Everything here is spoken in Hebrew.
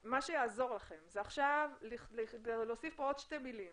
מה שיעזור לכם זה להוסיף עוד שתי מילים